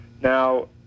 Now